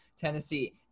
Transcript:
Tennessee